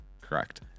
Correct